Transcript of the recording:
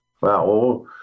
Wow